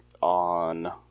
On